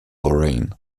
lorraine